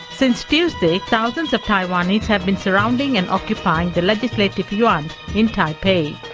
since tuesday thousands of taiwanese have been surrounding and occupying the legislative yuan in taipei,